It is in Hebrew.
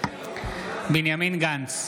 בנימין גנץ,